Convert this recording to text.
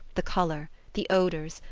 the color, the odors,